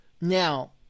Now